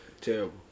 Terrible